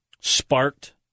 sparked